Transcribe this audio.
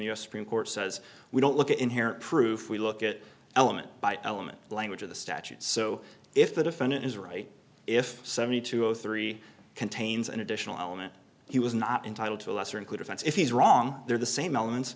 s supreme court says we don't look in here proof we look at element by element the language of the statute so if the defendant is right if seventy two zero three contains an additional element he was not entitled to a lesser included offense if he's wrong there the same elements